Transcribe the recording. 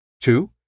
Two